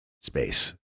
space